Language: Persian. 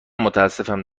متاسفم